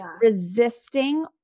resisting